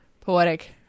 poetic